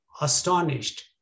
astonished